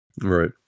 right